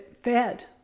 fed